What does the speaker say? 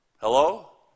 Hello